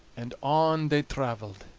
and on they traveled,